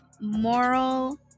moral